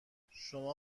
شما